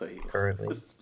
currently